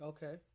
Okay